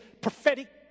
prophetic